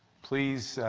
please